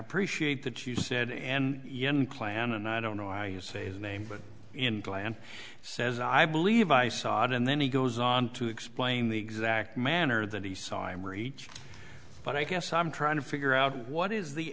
appreciate that you said and young plan and i don't know why you say his name but in glam says i believe i saw it and then he goes on to explain the exact manner that he saw him reach but i guess i'm trying to figure out what is the